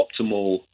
optimal